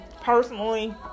personally